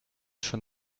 schon